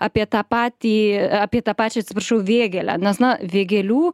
apie tą patį apie tą pačią atsiprašau vėgėlę nes na vėgėlių